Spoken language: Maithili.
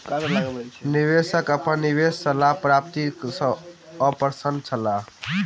निवेशक अपन निवेश के लाभ प्राप्ति सॅ अप्रसन्न छला